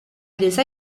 des